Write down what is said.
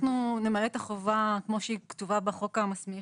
אנחנו נמלא את החובה כמו שכתובה בחוק המסמיך